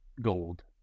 gold